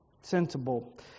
sensible